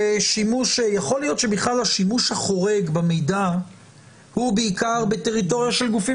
יכול להיות שבכלל השימוש החורג במידע הוא בעיקר בטריטוריה של גופים